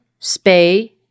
spay